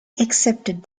accepted